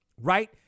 right